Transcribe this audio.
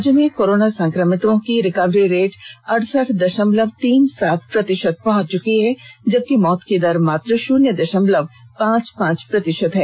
राज्य में कोरोना संक्रमितों की रिकवरी रेट अड़सठ दशमलव तीन सात प्रतिशत पहुंच चुकी है जबकि मौत की दर मात्र शून्य दशमलव पांच पांच प्रतिशत है